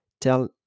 tell